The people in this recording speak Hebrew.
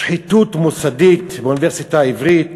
שחיתות מוסדית באוניברסיטה העברית.